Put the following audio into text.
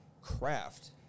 craft